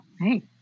Hey